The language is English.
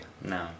No